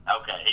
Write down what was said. Okay